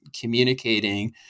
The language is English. communicating